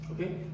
Okay